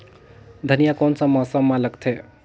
धनिया कोन सा मौसम मां लगथे?